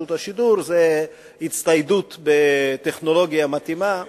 השידור זה הצטיידות בטכנולוגיה מתאימה.